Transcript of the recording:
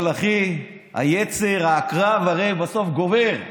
אבל אחי, היצר, העקרב, הרי בסוף גובר,